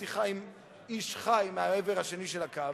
לא רק בשיחה עם איש חי מהעבר השני של הקו,